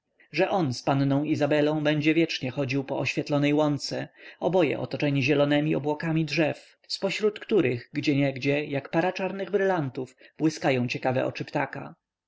że on z panną izabelą będzie wiecznie chodził po oświetlonej łące oboje otoczeni zielonemi obłokami drzew z pośród których gdzieniegdzie jak para czarnych brylantów błyskają ciekawe oczy ptaka